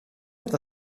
with